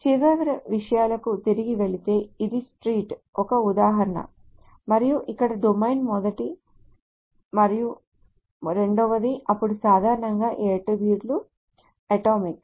చివరి విషయాలకు తిరిగి వెళితే ఇది street ఒక ఉదాహరణ మరియు ఇక్కడ డొమైన్ మొదటి మరియు రెండవది అప్పుడు సాధారణంగా ఈ అట్ట్రిబ్యూట్ లు అటామిక్